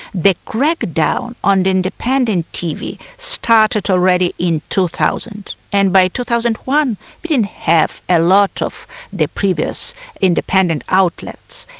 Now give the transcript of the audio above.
the crackdown on independent tv started already in two thousand, and by two thousand and one it didn't have a lot of the previous independent outlets,